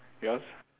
yours